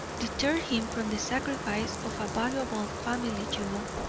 deterred him from the sacrifice of a valuable family jewel,